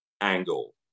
angle